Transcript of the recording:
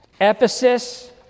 Ephesus